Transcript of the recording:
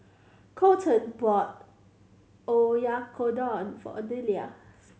Coleton bought Oyakodon for Odelia